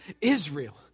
Israel